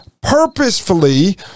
purposefully